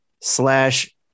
slash